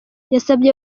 yasabye